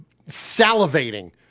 salivating